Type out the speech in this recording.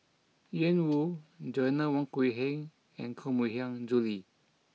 Ian Woo Joanna Wong Quee Heng and Koh Mui Hiang Julie